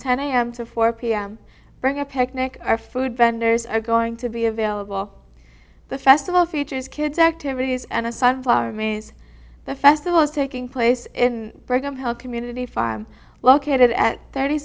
ten am to four pm bring a picnic or food vendors are going to be available the festival features kids activities and a sunflower maze the festival is taking place in brigham health community fire located at thirty